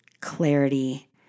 clarity